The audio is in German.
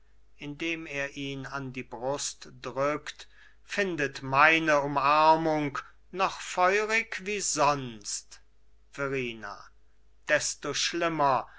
indem er ihn an die brust drückt findet meine umarmung noch feurig wie sonst verrina desto schlimmer